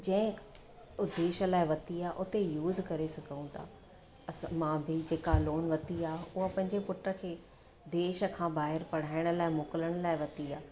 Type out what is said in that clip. जंहिं उद्देश लाइ वरिती आहे उते युज़ करे सघूं था असां मां बि जेका लोन वरिती आहे उहा पंहिंजे पुट खे देश खां ॿाहिरि पढ़ाइण लाइ मोकिलिण लाइ वरिती आहे